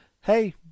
Hey